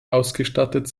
ausgestattet